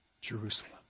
Jerusalem